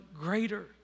greater